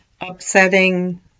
upsetting